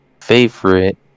favorite